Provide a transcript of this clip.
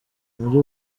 muri